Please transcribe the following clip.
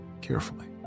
carefully